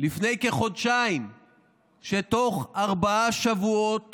לפני כחודשיים שבתוך ארבעה שבועות